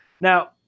Now